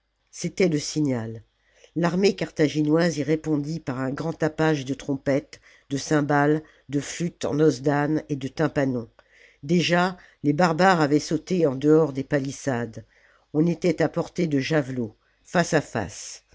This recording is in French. c'était le signal l'armée carthaginoise y répondit par un grand tapage de trompettes de cymbales de flûtes en os d'âne et de tympanons déjà les barbares avaient sauté en dehors des palissades on était à portée de javelot face à face